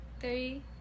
Three